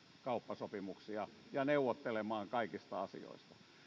kauppasopimuksia ja neuvottelemaan kaikista asioista